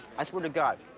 i swear to god.